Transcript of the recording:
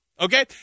Okay